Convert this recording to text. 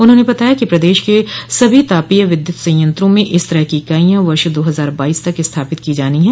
उन्होंने बताया कि प्रदेश के सभी तापीय विद्युत संयंत्रों में इस तरह की इकाईयां वर्ष दो हजार बाईस तक स्थापित की जानी है